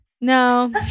No